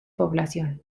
población